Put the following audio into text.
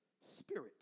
spirit